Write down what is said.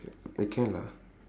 eh can lah